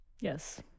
Yes